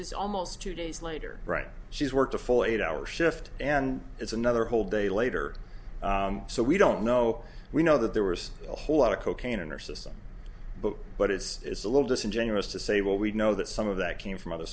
is almost two days later right she's worked a full eight hour shift and it's another whole day later so we don't know we know that there was a whole lot of cocaine in her system but but it's a little disingenuous to say well we know that some of that came from other